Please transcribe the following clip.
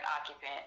occupant